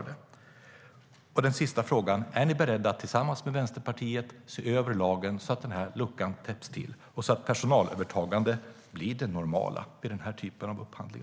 Den sista frågan är: Är ni beredda att tillsammans med Vänsterpartiet se över lagen så att den här luckan täpps till och så att personalövertagande blir det normala vid den här typen av upphandling?